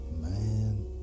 man